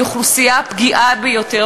הם אוכלוסייה פגיעה ביותר,